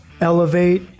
elevate